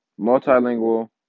Multilingual